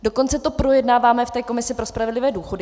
Dokonce to projednáváme v Komisi pro spravedlivé důchody.